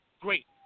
great